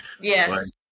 Yes